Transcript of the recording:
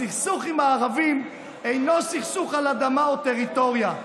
הסכסוך עם הערבים אינו סכסוך על אדמה או טריטוריה,